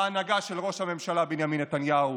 ההנהגה של ראש הממשלה בנימין נתניהו,